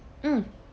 mm